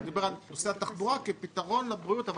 הוא דיבר על נושא התחבורה כפתרון לבריאות אבל